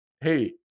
Hey